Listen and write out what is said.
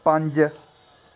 पंज